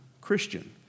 Christian